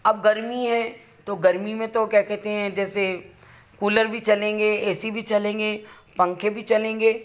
अब गर्मी है तो गर्मी में तो क्या कहते हैं जैसे कूलर भी चलेंगे ए सी भी चलेंगे पंखे भी चलेंगे